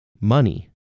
Money